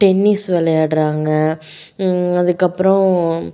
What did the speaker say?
tennis விளையாட்றாங்க அதுக்கப்றம்